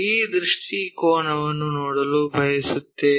ಈ ದೃಷ್ಟಿಕೋನವನ್ನು ನೋಡಲು ಬಯಸುತ್ತೇವೆ